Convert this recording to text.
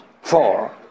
four